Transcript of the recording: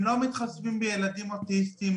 הם לא מתחשבים בילדים אוטיסטים.